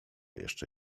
jeszcze